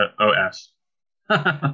O-S